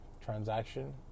transaction